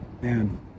man